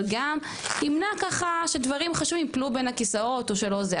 אבל גם ימנע ככה שדברים חשובים יפלו בין הכיסאות או שלא זה.